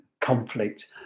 conflict